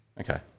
Okay